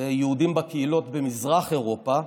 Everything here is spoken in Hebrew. יהודים בקהילות במזרח אירופה,